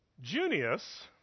Junius